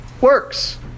works